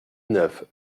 neuf